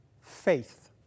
faith